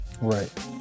right